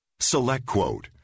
SelectQuote